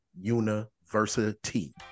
university